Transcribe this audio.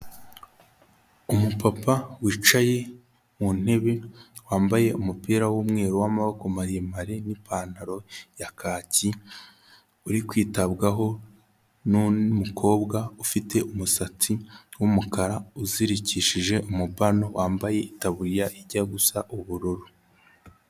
Umupapa wicaye mu ntebe wambaye umupira w'umweru w'amaboko maremare n'ipantaro ya kaki, uri kwitabwaho n'umukobwa ufite umusatsi w'umukara uzirikishije umubano, wambaye itaburiya ijya gusa ubururu.